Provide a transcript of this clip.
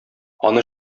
аны